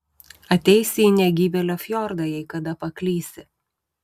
ateisi į negyvėlio fjordą jei kada paklysi